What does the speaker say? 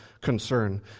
concern